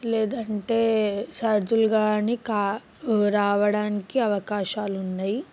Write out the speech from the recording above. లేదంటే సర్దులు కానీ కా రావడానికి అవకాశాలు ఉన్నాయి